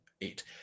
eight